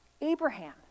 Abraham